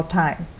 time